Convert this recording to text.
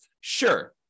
Sure